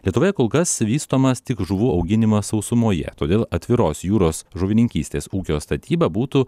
lietuvoje kol kas vystomas tik žuvų auginimas sausumoje todėl atviros jūros žuvininkystės ūkio statyba būtų